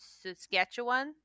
Saskatchewan